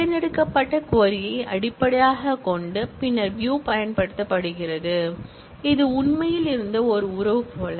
தேர்ந்தெடுக்கப்பட்ட க்வரி ஐ அடிப்படையாகக் கொண்டு பின்னர் வியூ பயன்படுத்துகிறது இது உண்மையில் இருந்த ஒரு உறவு போல